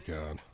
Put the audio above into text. God